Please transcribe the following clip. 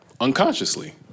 unconsciously